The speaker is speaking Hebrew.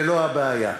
ולא הבעיה.